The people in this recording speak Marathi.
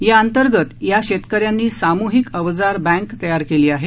या अंतर्गत या शेतकऱ्यांनी सामूहिक अवजार बँक तयार केली आहे